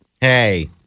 Hey